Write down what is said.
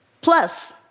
Plus